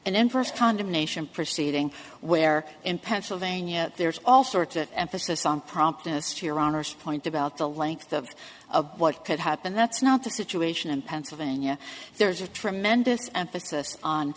an end first condemnation proceeding where in pennsylvania there's all sorts of emphasis on promptness to your honor's point about the length of what could happen that's not the situation in pennsylvania there's a tremendous emphasis on